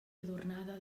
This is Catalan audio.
adornada